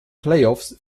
playoffs